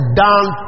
down